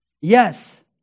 Yes